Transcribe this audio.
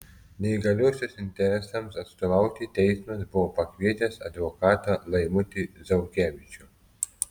neįgaliosios interesams atstovauti teismas buvo pakvietęs advokatą laimutį zaukevičių